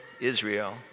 Israel